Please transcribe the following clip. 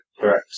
Correct